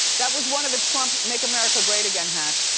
that was one of the trump make america great again hats.